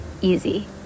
easy